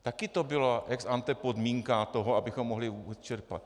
Také to byla ex ante podmínka toho, abychom mohli vůbec čerpat.